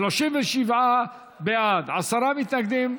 37 בעד, עשרה מתנגדים,